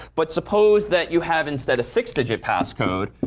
but suppose that you have instead a six-digit passcode.